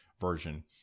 version